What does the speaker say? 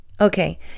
Okay